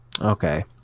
Okay